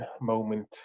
moment